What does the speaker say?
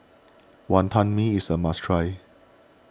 Wonton Mee is a must try